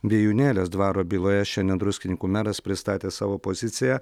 vijūnėlės dvaro byloje šiandien druskininkų meras pristatė savo poziciją